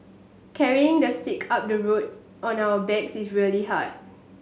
carrying the sick up the road on our backs is really hard